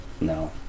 no